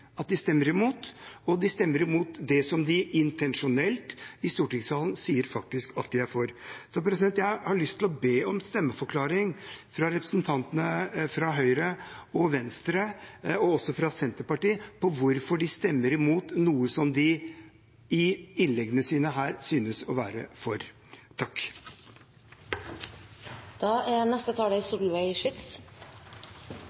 at de stemmer imot, og de stemmer imot det de i stortingssalen intensjonelt sier de faktisk er for. Jeg har lyst til å be om stemmeforklaring fra representantene fra Høyre, Venstre og Senterpartiet på hvorfor de stemmer imot noe de i innleggene sine synes å være for.